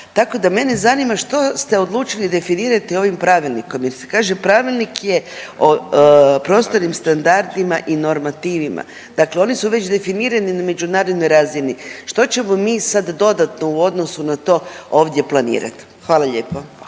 tako da mene zanima što ste odlučili definirati ovim pravilnikom jer se kaže pravilnik je o prostornim standardima i normativima, dakle oni su već definirani na međunarodnoj razini, što ćemo mi sad dodatno u odnosu na to ovdje planirat? Hvala lijepo.